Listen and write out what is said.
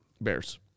Bears